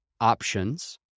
options